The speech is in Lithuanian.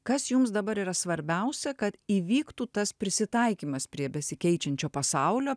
kas jums dabar yra svarbiausia kad įvyktų tas prisitaikymas prie besikeičiančio pasaulio